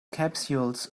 capsules